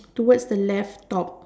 towards the left top